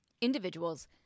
individuals